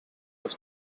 was